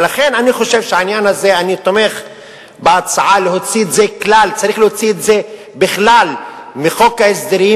ולכן אני תומך בהצעה להוציא את זה בכלל מחוק ההסדרים,